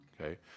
okay